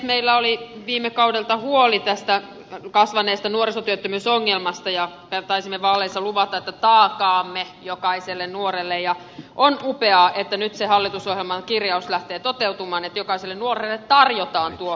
meillä oli viime kaudelta huoli tästä kasvaneesta nuorisotyöttömyysongelmasta ja taisimme vaaleissa luvata että takaamme jokaiselle nuorelle ja on upeaa että nyt se hallitusohjelman kirjaus lähtee toteutumaan että jokaiselle nuorelle tarjotaan tuo mahdollisuus